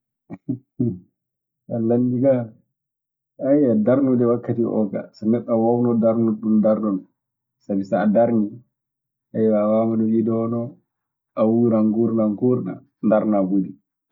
Min kaa so a landike kan, ayyo darnude wakkati oo kaa, so neɗɗo ana waawno darnude ɗun, darnan non. Sabi so a darnii, ayiwa, a waawan wiide a wuuran nguurndan kuurɗan. Ndarnaa ɓuri.